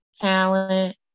talent